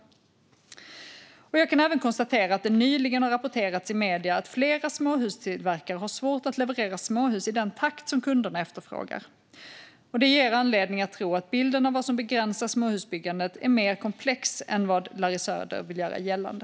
Jag kan även konstatera att det nyligen har rapporterats i medierna att flera småhustillverkare har svårt att leverera småhus i den takt som kunderna efterfrågar. Det ger anledning att tro att bilden av vad som begränsar småhusbyggandet är mer komplex än vad Larry Söder vill göra gällande.